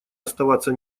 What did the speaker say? оставаться